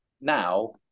now